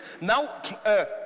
Now